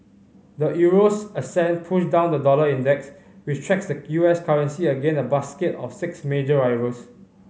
the euro's ascent pushed down the dollar index which tracks the U S currency against a basket of six major rivals